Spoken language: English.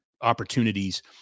opportunities